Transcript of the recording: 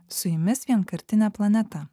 su jumis vienkartinė planeta